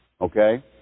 okay